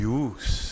use